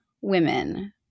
women